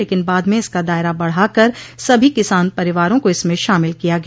लेकिन बाद में इसका दायरा बढ़ाकर सभी किसान परिवारों को इसमें शामिल किया गया